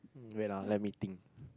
um wait ah let me think